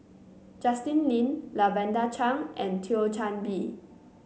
Justin Lean Lavender Chang and Thio Chan Bee